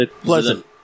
Pleasant